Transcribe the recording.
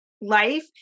life